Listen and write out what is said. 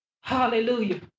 Hallelujah